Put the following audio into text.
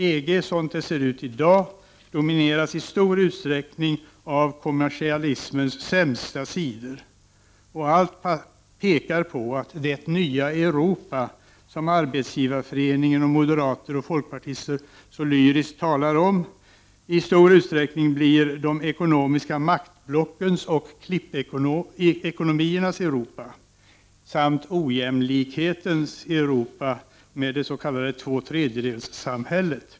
EG, sådant det ser ut i dag, domineras i stor utsträckning av kommersialismens sämsta sidor, och allt pekar på att ”det nya Europa” som Arbetsgivareföreningen och moderater och folkpartister så lyriskt talar om istor utsträckning blir de ekonomiska maktblockens och klippekonomiernas Europa samt ojämlikhetens Europa med det s.k. tvåtredjedelssamhället.